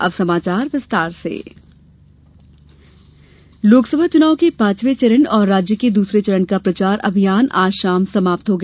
प्रचार थमा लोकसभा चुनाव के पांचवें चरण और राज्य के दूसरे चरण का प्रचार अभियान आज शाम समाप्त हो गया